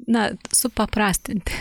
na supaprastinti